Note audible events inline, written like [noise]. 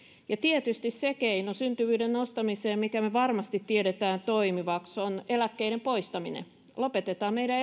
ja tietysti se keino syntyvyyden nostamiseen minkä me varmasti tiedämme toimivaksi on eläkkeiden poistaminen lopetetaan meidän [unintelligible]